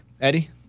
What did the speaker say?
Eddie